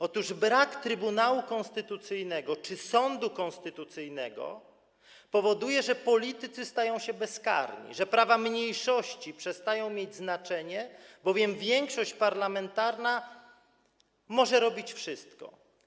Otóż brak trybunału konstytucyjnego czy sądu konstytucyjnego powoduje, że politycy stają się bezkarni, że prawa mniejszości przestają mieć znaczenie, bowiem większość parlamentarna może robić wszystko.